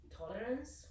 tolerance